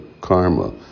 karma